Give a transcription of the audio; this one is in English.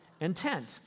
intent